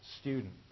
student